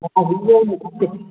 हा इहेई मूंखे खपे